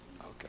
Okay